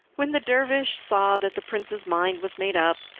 when the dervish saw that the prince's mind was made up,